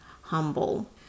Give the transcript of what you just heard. humble